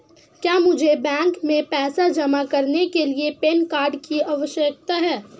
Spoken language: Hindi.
क्या मुझे बैंक में पैसा जमा करने के लिए पैन कार्ड की आवश्यकता है?